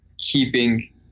keeping